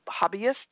hobbyists